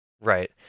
Right